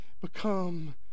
become